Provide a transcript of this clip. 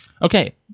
Okay